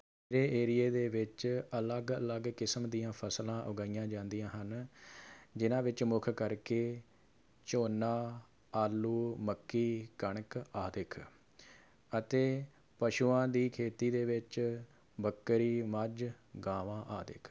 ਇਹ ਏਰੀਏ ਦੇ ਵਿੱਚ ਅਲੱਗ ਅਲੱਗ ਕਿਸਮ ਦੀਆਂ ਫਸਲਾਂ ਉਗਾਈਆਂ ਜਾਂਦੀਆਂ ਹਨ ਜਿਹਨਾਂ ਵਿਚ ਮੁੱਖ ਕਰਕੇ ਝੋਨਾ ਆਲੂ ਮੱਕੀ ਕਣਕ ਆਦਿ ਅਤੇ ਪਸ਼ੂਆਂ ਦੀ ਖੇਤੀ ਦੇ ਵਿੱਚ ਬੱਕਰੀ ਮੱਝ ਗਾਵਾਂ ਆਦਿ